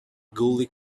gully